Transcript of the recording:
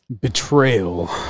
Betrayal